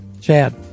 Chad